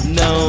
no